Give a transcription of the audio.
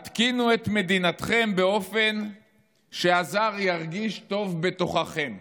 התקינו את מדינתכם באופן שהזר ירגיש טוב בתוככם.